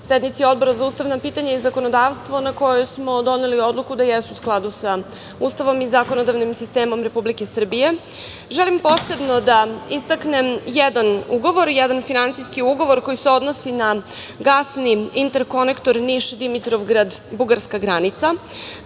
sednici Odbora za ustavna pitanja i zakonodavstvo, a na kojoj smo doneli odluku da jesu u skladu sa Ustavom i zakonodavnim sistemom Republike Srbije. Želim posebno da istaknem jedan ugovor, jedan finansijski ugovor koji se odnosi na gasni interkonektor Niš – Dimitrovgrad – bugarska granica,